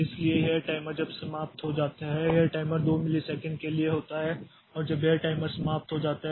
इसलिए यह टाइमर जब समाप्त हो जाता है यह टाइमर 2 मिलीसेकंड के लिए होता है और जब यह टाइमर समाप्त हो जाता है